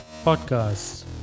podcast